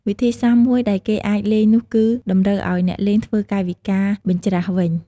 វិធីសាស្ត្រមួយដែលគេអាចលេងនោះគឺ តម្រូវឱ្យអ្នកលេងធ្វើកាយវិការបញ្ច្រាសវិញ។